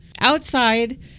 Outside